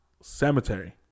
Cemetery